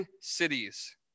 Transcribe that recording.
cities